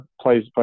plays